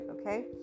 okay